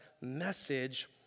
message